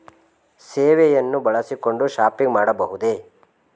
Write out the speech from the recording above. ಸೇವೆಯನ್ನು ಬಳಸಿಕೊಂಡು ಶಾಪಿಂಗ್ ಮಾಡಬಹುದೇ?